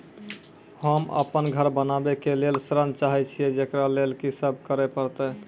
होम अपन घर बनाबै के लेल ऋण चाहे छिये, जेकरा लेल कि सब करें परतै?